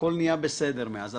נהיה בסדר מאז.